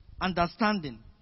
understanding